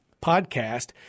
podcast